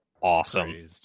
awesome